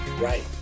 Right